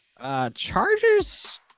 Chargers